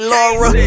Laura